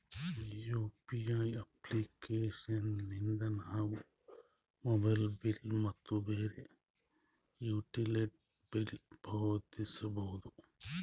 UPI application ಲಿದ್ದ ನಾವು mobile bill ಮತ್ತು ಬ್ಯಾರೆ ಯುಟಿಲಿಟಿ ಬಿಲ್ ಪಾವತಿಸಬೋದು